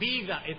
vida